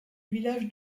village